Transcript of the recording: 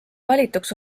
valituks